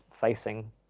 facing